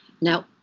now